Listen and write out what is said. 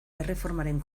erreformaren